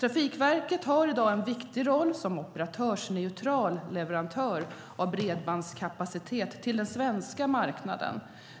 Trafikverket har i dag en viktig roll som operatörsneutral leverantör av bredbandskapacitet till den svenska marknaden.